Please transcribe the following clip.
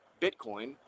Bitcoin